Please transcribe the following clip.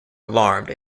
alarmed